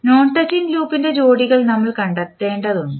non touching ലൂപ്പിൻറെ ജോഡികൾ നമ്മൾ കണ്ടെത്തേണ്ടതുണ്ട്